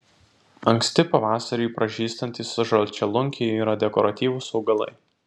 anksti pavasarį pražystantys žalčialunkiai yra dekoratyvūs augalai